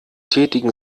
tätigen